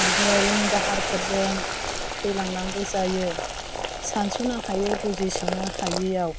बिदिनो रिन दाहारफोरजों थैलांनांगौ जायो सानस'नो हायै बुजिस'नो हायैआव